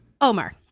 Omar